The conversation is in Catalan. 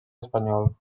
espanyol